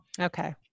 okay